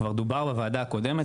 כבר דובר בוועדה הקודמת,